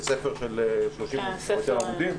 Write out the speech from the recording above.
זה ספר של 30 וכמה עמודים,